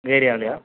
உங்கள் ஏரியாலேயா